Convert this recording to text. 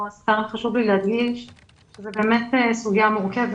ולכן חשוב לי להדגיש שזו באמת סוגיה מורכבת.